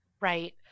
Right